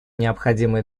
необходимые